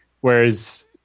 Whereas